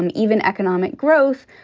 and even economic growth.